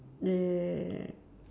the